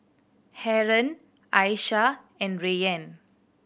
Haron Aishah and Rayyan